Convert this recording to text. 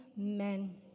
Amen